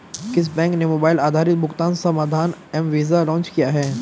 किस बैंक ने मोबाइल आधारित भुगतान समाधान एम वीज़ा लॉन्च किया है?